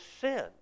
sin